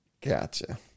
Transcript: Gotcha